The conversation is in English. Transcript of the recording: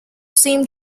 seem